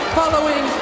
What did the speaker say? following